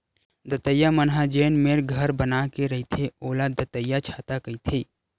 दतइया मन ह जेन मेर घर बना के रहिथे ओला दतइयाछाता कहिथे